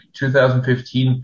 2015